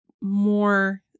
more